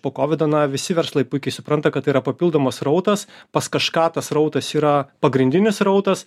po kovido na visi verslai puikiai supranta kad tai yra papildomas srautas pas kažką tas srautas yra pagrindinis srautas